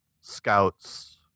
scouts